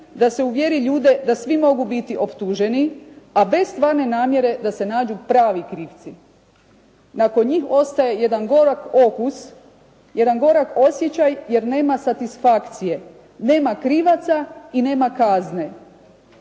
da se uvjeri ljude da svi mogu biti optuženi a bez stvarne namjere da se nađu pravi krivci. Nakon njih ostaje jedan gorak okus, jedan gorak osjećaj jer nema satisfakcije. Nema krivaca i nema kazne.